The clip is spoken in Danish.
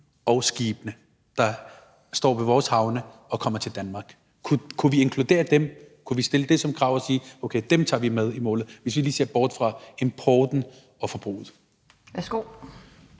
og skibene, der kommer til Danmark? Kunne vi stille det som et krav og sige, at okay, dem tager vi med i målet, hvis vi lige ser bort fra importen og forbruget? Kl.